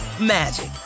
magic